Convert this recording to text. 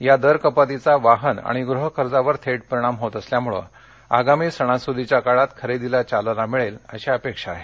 या दरकपातीचा वाहन आणि गृह कर्जावर थेट परिणाम होत असल्यामुळे आगामी सणासुदीच्या काळात खरेदीला चालना मिळेल अशी अपेक्षा आहे